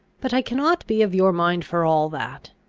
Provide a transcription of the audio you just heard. but i cannot be of your mind for all that.